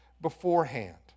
beforehand